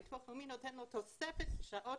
הביטוח הלאומי נותן לו תוספת שעות,